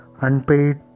unpaid